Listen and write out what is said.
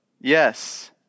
Yes